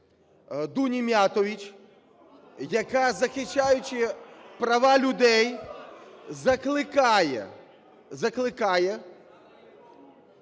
Дуні Міятович, яка, захищаючи права людей, закликає